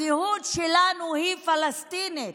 הזהות שלנו היא פלסטינית,